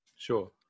sure